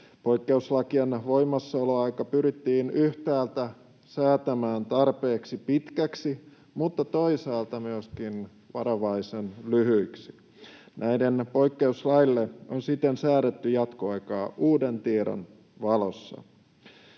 Poikkeuslakien voimassaoloaika pyrittiin yhtäältä säätämään tarpeeksi pitkäksi mutta toisaalta myöskin varovaisen lyhyeksi. Näille poikkeuslaeille on siten säädetty jatkoaikaa uuden tiedon valossa.